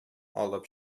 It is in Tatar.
алып